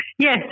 Yes